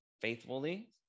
faithfully